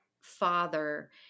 father